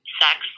sex